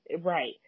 Right